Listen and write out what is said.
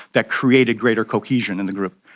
that created greater cohesion in the group.